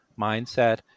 mindset